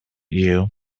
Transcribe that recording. you